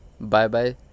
Bye-bye